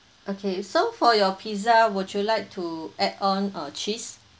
okay so for your pizza would you like to add on uh cheese